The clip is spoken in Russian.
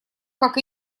как